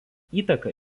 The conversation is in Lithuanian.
įtaką